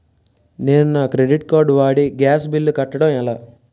నేను నా credit card వాడి గ్యాస్ బిల్లు కట్టడం ఎలా?